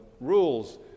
rules